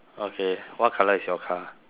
okay what colour is your car